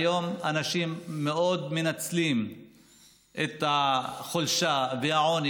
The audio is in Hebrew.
היום אנשים מנצלים את החולשה והעוני